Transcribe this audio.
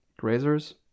Grazers